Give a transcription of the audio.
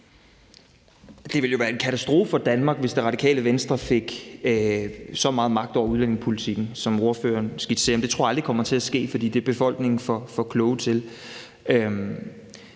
Det ville jo være en katastrofe for Danmark, hvis Radikale Venstre fik så meget magt over udlændingepolitikken, som ordføreren skitserer, men det tror jeg aldrig kommer til at ske, for det er befolkningen for klog til.